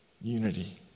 unity